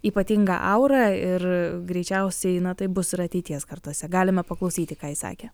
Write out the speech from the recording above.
ypatinga aura ir greičiausiai na taip bus ir ateities kartose galima paklausyti ką ji sakė